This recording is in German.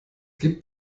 gibt